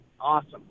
Awesome